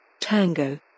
Tango